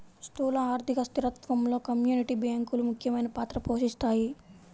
స్థూల ఆర్థిక స్థిరత్వంలో కమ్యూనిటీ బ్యాంకులు ముఖ్యమైన పాత్ర పోషిస్తాయి